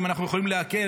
אם אנחנו יכולים להקל,